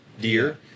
deer